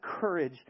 courage